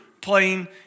playing